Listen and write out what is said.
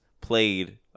played